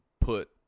put